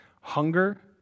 hunger